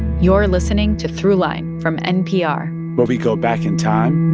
you're listening to throughline from npr where we go back in time.